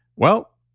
well,